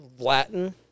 Latin